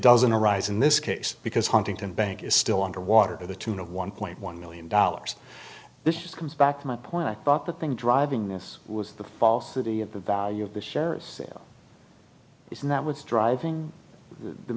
doesn't arise in this case because huntington bank is still underwater to the tune of one point one million dollars this comes back to my point i thought the thing driving this was the falsity of the value of the shares isn't that what's driving the